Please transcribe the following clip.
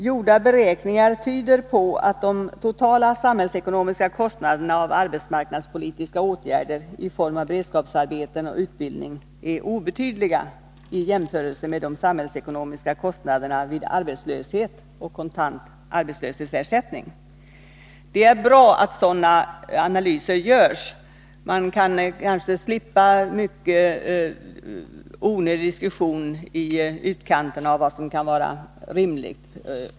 Gjorda beräkningar tyder på att de totala samhällsekonomiska kostnaderna för arbetsmarknadspolitiska åtgärder i form av beredskapsarbeten och utbildning är obetydliga i jämförelse med de samhällsekonomiska kostnaderna för arbetslöshet och kontant arbetslöshetsersättning. Det är bra att sådana analyser görs. Om vi får klara besked om sådana fakta, kanske vi kan slippa mycken onödig diskussion om vad som kan vara rimligt.